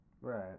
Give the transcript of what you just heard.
Right